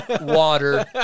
water